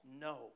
no